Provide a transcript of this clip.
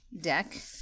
deck